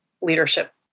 leadership